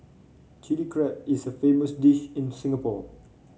Chilli Crab is a famous dish in Singapore